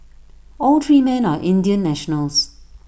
all three men are Indian nationals